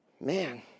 man